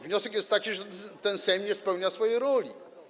Wniosek jest taki, że ten Sejm nie spełnia swojej roli.